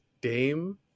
Dame